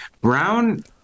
Brown